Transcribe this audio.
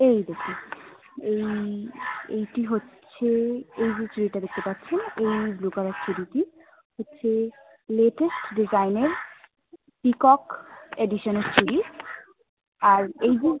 এই দেখুন এই এইটি হচ্ছে এই যে চুড়িটা দেখতে পাচ্ছেন এই ব্লু কালারের চুড়িটি হচ্ছে লেটেস্ট ডিজাইনের পিকক এডিশনের চুড়ি আর এইগুলো